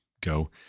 go